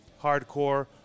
hardcore